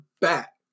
back